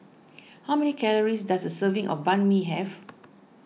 how many calories does a serving of Banh Mi have